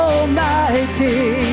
Almighty